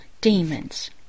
demons